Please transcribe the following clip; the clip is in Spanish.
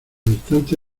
instante